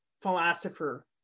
philosopher